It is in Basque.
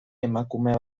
emakume